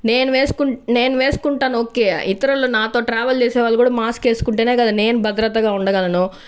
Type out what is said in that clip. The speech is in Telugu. నేను వేసుకుం నేను వేసుకుంటాను ఓకే ఇతరులు నాతో ట్రావెల్ చేసే వాళ్ళు కూడా మాస్క్ వేసుకుంటేనే కదా నేను భద్రతగా ఉండగలను